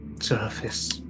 surface